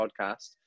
Podcast